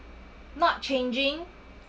not changing